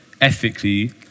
ethically